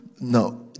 No